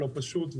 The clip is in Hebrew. לא פשוט,